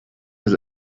his